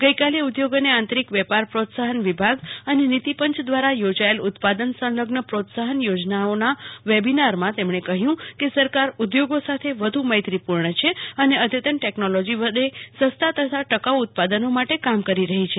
ગઈકાલે ઉધોગ અને આંતરિક વેપાર પોત્સાહન વિભાગ અને નીતિ પંચ દવારા યોજાયેલા ઉત્પાદન સંલગ્ન પ્રોત્સાહન યોજનાના વેબીનાર માં તેમણે કહયું કે સરકાર ઉધોગો સાથે વધુ મૈત્રીપર્ણ છે અન અદ્યતન ટેકનોલોજી વડે સસ્તા તથા ટકાઉ ઉત્પાદનો માટે કામ કરી રહી છે